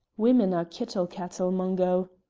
women are kittle cattle, mungo.